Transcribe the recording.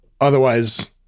otherwise-